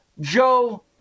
Joe